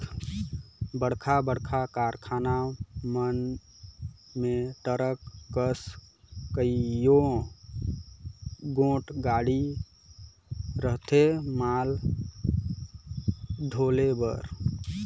बड़खा बड़खा कारखाना मन में टरक कस कइयो गोट गाड़ी रहथें माल डोहे बर